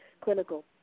clinical